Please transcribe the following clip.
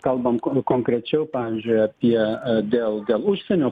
kalbant konkrečiau pavyzdžiui apie dėl užsienio